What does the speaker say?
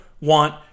want